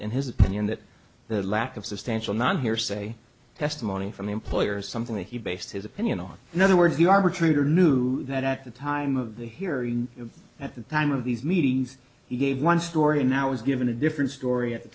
in his opinion that the lack of substantial not hearsay testimony from the employer something that he based his opinion on another word the arbitrator knew that at the time of the hearing at the time of these meetings he gave one story now is given a different story at the